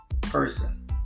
person